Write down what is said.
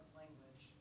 language